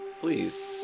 please